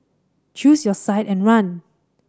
choose your side and run